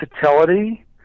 versatility